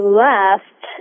left